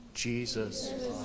Jesus